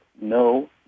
no